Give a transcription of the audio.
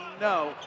No